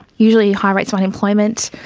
usually high rates of unemployment,